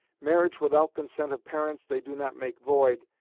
marriage without consent of parents they do not make void,